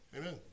amen